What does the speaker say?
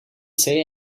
say